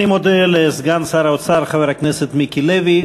אני מודה לסגן שר האוצר, חבר הכנסת מיקי לוי.